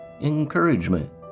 encouragement